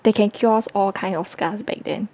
they can cure all kind of scars back then